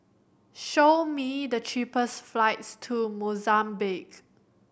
show me the cheapest flights to Mozambique